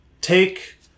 take